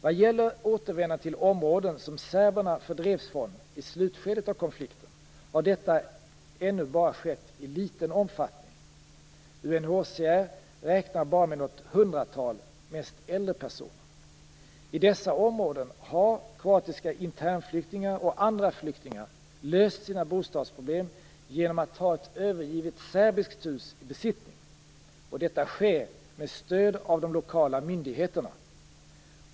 Vad gäller återvändande till områden som serberna fördrevs från i slutskedet av konflikten har detta ännu bara skett i liten omfattning, UNHCR räknar bara med några hundratal, mest äldre personer. I dessa områden har kroatiska internflyktingar och andra flyktingar löst sina bostadsproblem genom att ta ett övergivet serbiskt hus i besittning. Detta sker med stöd av de lokala myndigheterna.